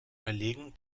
verlegen